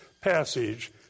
passage